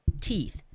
Teeth